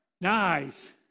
Nice